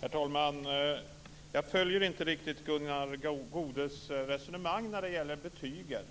Herr talman! Jag följer inte riktigt Gunnar Goudes resonemang när det gäller betygen.